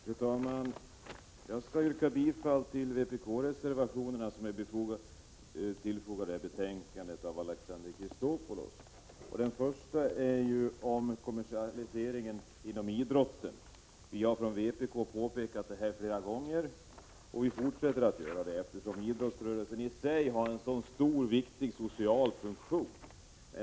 Fru talman! Jag ber att först få yrka bifall till de vpk-reservationer av Alexander Chrisopoulos som är fogade vid detta betänkande. Den första gäller kommersialiseringen inom idrotten. Vpk har påtalat denna företeelse många gånger, och vi fortsätter att göra det eftersom idrottsrörelsen i sig har en så stor och viktig social funktion.